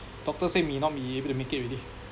doctors say may not be able to make it already